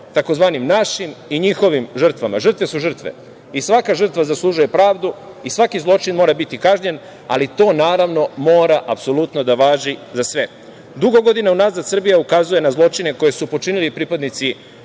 tzv. našim i njihovim žrtvama. Žrtve su žrtve. I svaka žrtva zaslužuje pravdu i svaki zločin mora biti kažnjen, ali to naravno mora apsolutno da važi za sve. Dugo godina unazad Srbija ukazuje na zločine koji su počinili pripadnici